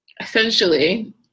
essentially